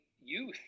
youth